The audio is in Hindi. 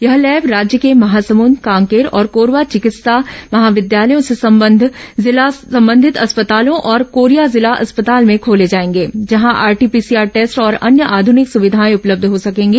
यह लैब राज्य के महासमुद कांकेर और कोरबा विकित्सा महाविद्यालयों से संबंध जिला अस्पतालों और कोरिया जिला अस्पताल में खोले जाएंगे जहां आरटीपीसीआर टेस्ट और अन्य आधुनिक सुविधाएं उपलब्ध हो सकेंगी